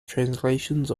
translations